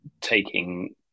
taking